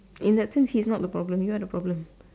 in that sense he's not the problem you are the problem